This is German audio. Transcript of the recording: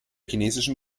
chinesischen